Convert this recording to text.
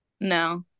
No